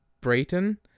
Brayton